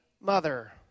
mother